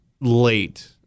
late